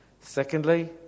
Secondly